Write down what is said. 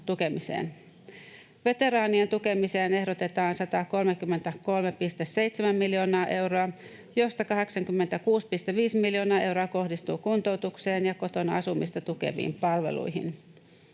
Veteraanien tukemiseen ehdotetaan 133,7 miljoonaa euroa, josta 86,5 miljoonaa euroa kohdistuu kuntoutukseen ja kotona asumista tukeviin palveluihin.